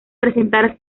presentar